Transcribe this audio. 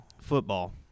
football